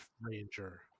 ranger